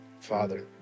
Father